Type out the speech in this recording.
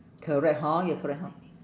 correct hor ya correct hor